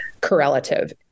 correlative